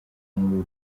muri